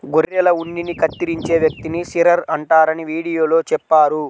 గొర్రెల ఉన్నిని కత్తిరించే వ్యక్తిని షీరర్ అంటారని వీడియోలో చెప్పారు